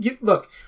look